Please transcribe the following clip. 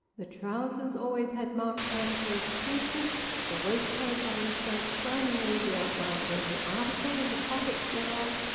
the trousers always had marked transverse creases the waistcoat always showed shiningly the outline of every article in the pockets thereof,